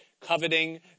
coveting